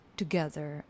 together